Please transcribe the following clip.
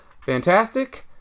fantastic